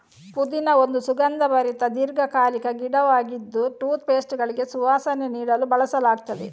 ಪುದೀನಾ ಒಂದು ಸುಗಂಧಭರಿತ ದೀರ್ಘಕಾಲಿಕ ಗಿಡವಾಗಿದ್ದು ಟೂತ್ ಪೇಸ್ಟುಗಳಿಗೆ ಸುವಾಸನೆ ನೀಡಲು ಬಳಸಲಾಗ್ತದೆ